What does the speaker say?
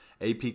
AP